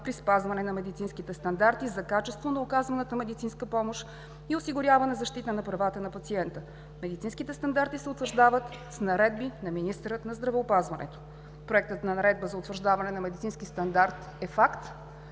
при спазване на медицинските стандарти за качество на оказаната медицинска помощ и осигуряване защита на правата на пациента. Медицинските стандарти се утвърждават с наредби на министъра на здравеопазването. Проектът на наредба за утвърждаване на медицински стандарт е факт.